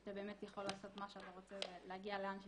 אתה באמת יכול לעשות מה שאתה רוצה ולהגיע לאן שתרצה.